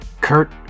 Kurt